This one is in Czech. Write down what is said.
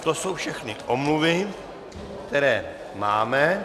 To jsou všechny omluvy, které máme.